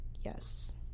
Yes